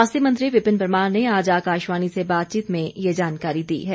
स्वास्थ्य मंत्री विपिन परमार ने आज आकाशवाणी से बातचीत में ये जानकारी दी है